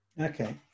Okay